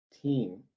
team